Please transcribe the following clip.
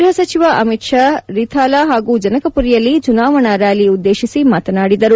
ಗ್ವಹ ಸಚಿವ ಅಮಿತ್ ಶಾ ರಿಥಾಲ ಹಾಗೂ ಜನಕಪುರಿಯಲ್ಲಿ ಚುನಾವಣಾ ರ್ಯಾಲಿ ಉದ್ದೇಶಿಸಿ ಮಾತನಾಡಿದರು